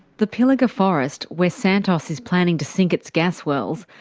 the pilliga forest, where santos is planning to think its gas wells,